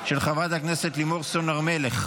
לא נתקבלה.